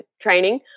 training